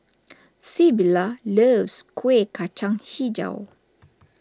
Sybilla loves Kueh Kacang HiJau